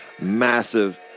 massive